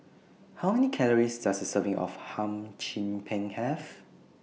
How Many Calories Does A Serving of Hum Chim Peng Have